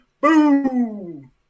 boom